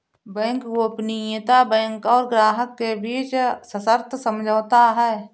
bank गोपनीयता bank और ग्राहक के बीच सशर्त समझौता है